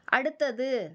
அடுத்தது